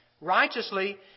righteously